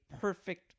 perfect